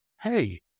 hey